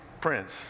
Prince